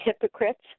hypocrites